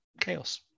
chaos